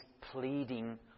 pleading